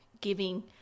giving